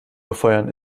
befeuern